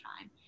time